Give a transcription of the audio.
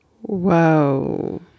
Whoa